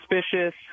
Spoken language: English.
suspicious